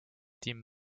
team